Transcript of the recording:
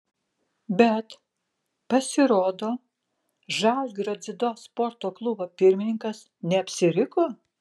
bet pasirodo žalgirio dziudo sporto klubo pirmininkas neapsiriko